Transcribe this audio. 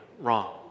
wrong